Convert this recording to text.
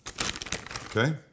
Okay